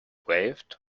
waved